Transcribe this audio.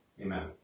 Amen